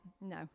no